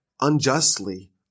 unjustly